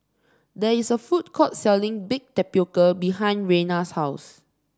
there is a food court selling Baked Tapioca behind Reina's house